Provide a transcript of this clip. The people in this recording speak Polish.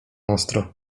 ostro